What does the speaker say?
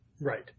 right